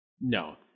No